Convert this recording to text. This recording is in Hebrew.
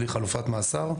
בלי חלופת מאסר,